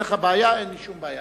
אם אין לך בעיה, אין לי שום בעיה.